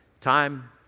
Time